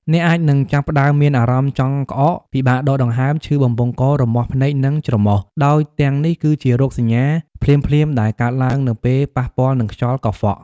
អ្នកអាចនឹងចាប់ផ្តើមមានអារម្មណ៍ចង់ក្អក ពិបាកដកដង្ហើម ឈឺបំពង់ក រមាស់ភ្នែក និងច្រមុះ ដោយទាំងនេះគឺជារោគសញ្ញាភ្លាមៗដែលកើតឡើងនៅពេលប៉ះពាល់នឹងខ្យល់កខ្វក់។